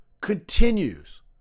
continues